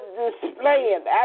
displaying